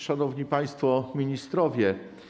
Szanowni Państwo Ministrowie!